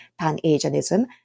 Pan-Asianism